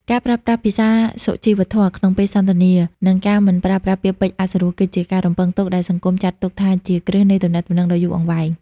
ការប្រើប្រាស់ "ភាសាសុជីវធម៌" ក្នុងពេលសន្ទនា និងការមិនប្រើប្រាស់ពាក្យពេចន៍អសុរស គឺជាការរំពឹងទុកដែលសង្គមចាត់ទុកថាជាគ្រឹះនៃទំនាក់ទំនងដ៏យូរអង្វែង។